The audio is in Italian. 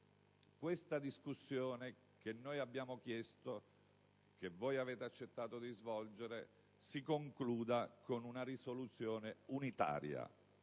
che la discussione, che noi abbiamo chiesto e voi avete accettato di svolgere, si concluda con una risoluzione unitaria.